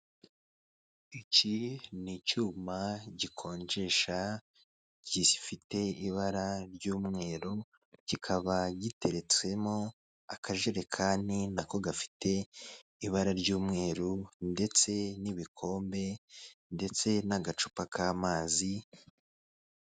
Iki ni icyuma gikonjesha gifite ibara ry'umweru, kikaba gitereretsemo akajerekani nako gafite ibara ry'umweru ndetse n'ibikombe ndetse n'agacupa k'amazi.